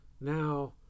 now